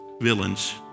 villains